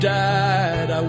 died